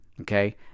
okay